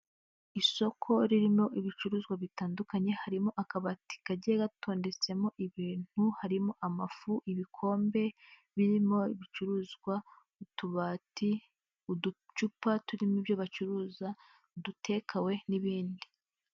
Isoko ririmo ibicuruzwa bitandukanye harimo akabati kagiye gatondetsemo ibintu harimo amafu, ibikombe birimo ibicuruzwa. utubati, uducupa turimo ibyo bacuruza, udutekawe n'ibindi.